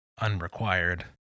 unrequired